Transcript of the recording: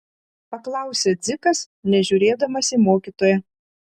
paklausė dzikas nežiūrėdamas į mokytoją